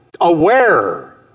aware